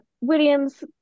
Williams